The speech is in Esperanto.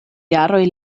jaroj